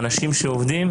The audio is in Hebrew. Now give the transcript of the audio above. אנשים שעובדים,